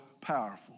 powerful